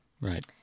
Right